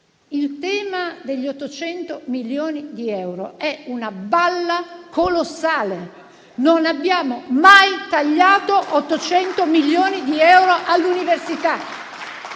il tema degli 800 milioni di euro è una balla colossale. Non abbiamo mai tagliato 800 milioni di euro all'università!